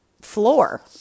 floor